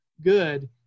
good